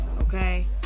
okay